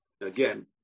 again